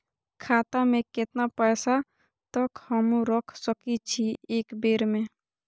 खाता में केतना पैसा तक हमू रख सकी छी एक बेर में?